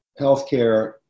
healthcare